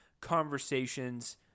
conversations